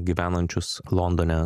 gyvenančius londone